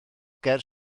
ger